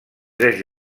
tres